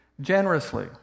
generously